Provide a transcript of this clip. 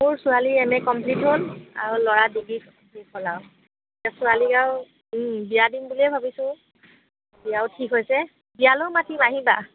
মোৰ ছোৱালী M A complete হ'ল আৰু ল'ৰা ডিগ্ৰী শেষ হ'ল আৰু এতিয়া ছোৱালী আৰু বিয়া দিম বুলিয়েই ভাবিছোঁ বিয়াও ঠিক হৈছে বিয়ালৈও মাতিম আহিবা